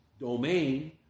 domain